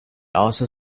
also